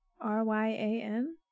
R-Y-A-N